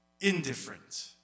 indifferent